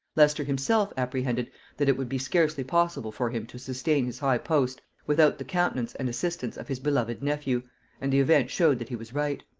leicester himself apprehended that it would be scarcely possible for him to sustain his high post without the countenance and assistance of his beloved nephew and the event showed that he was right.